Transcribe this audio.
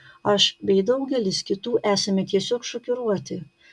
aš bei daugelis kitų esame tiesiog šokiruoti